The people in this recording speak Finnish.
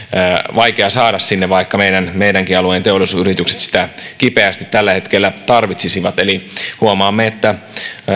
vaikea saada sinne vaikka meidänkin alueen teollisuusyritykset sitä kipeästi tällä hetkellä tarvitsisivat eli huomaamme että